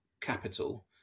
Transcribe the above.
capital